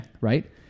Right